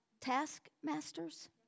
taskmasters